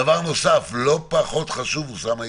דבר נוסף, לא פחות חשוב, אוסאמה ידידי,